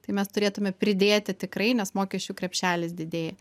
tai mes turėtume pridėti tikrai nes mokesčių krepšelis didėja